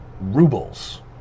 rubles